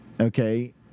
okay